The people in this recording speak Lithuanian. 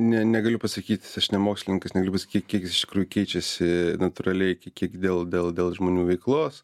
ne negaliu pasakyt aš ne mokslininkas negaliu pasakyt kiek jis iš tikrųjų keičiasi natūraliai iki kiek dėl dėl dėl žmonių veiklos